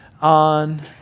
on